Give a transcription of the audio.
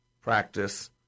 practice